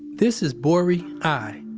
this is borey ai,